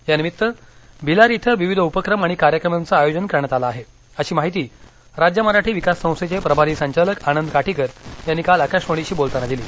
या निमित्त भिलार इथं विविध उपक्रम आणि कार्यक्रमांचं आयोजन करण्यात आलं आहे अशी माहिती राज्य मराठी विकास संस्थेचे प्रभारी संचालक आनंद काटीकर यांनी काल आकाशवाणीशी बोलताना दिली